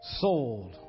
sold